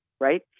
right